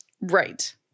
Right